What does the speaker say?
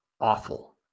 awful